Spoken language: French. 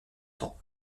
temps